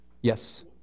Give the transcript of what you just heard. Yes